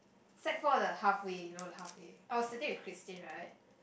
sec-four the halfway you know like halfway I was sitting with Christine right